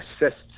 assists